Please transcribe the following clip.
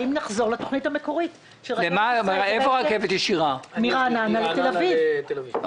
האם נחזור לתוכנית המקורית של רכבת ישירה מרעננה לתל אביב?